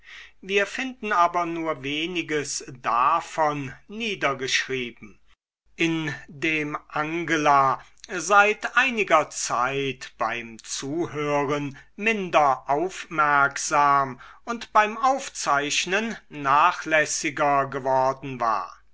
wir finden aber nur weniges davon niedergeschrieben indem angela seit einiger zeit beim zuhören minder aufmerksam und beim aufzeichnen nachlässiger geworden war